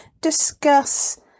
discuss